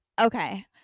Okay